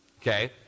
okay